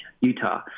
Utah